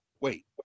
Wait